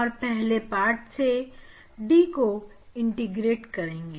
और पहले पार्ट में d को इंटीग्रेट करेंगे